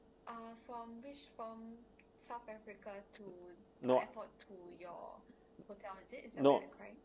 no no